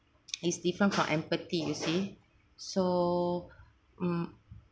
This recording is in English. is different from empathy you see so mm